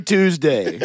Tuesday